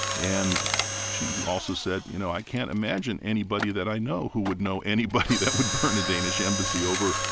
and she also said, you know, i can't imagine anybody that i know who would know anybody that would burn a danish embassy over,